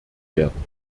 werden